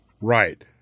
Right